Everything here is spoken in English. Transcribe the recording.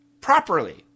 properly